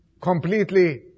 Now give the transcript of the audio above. Completely